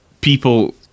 people